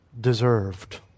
deserved